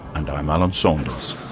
and i'm alan saunders.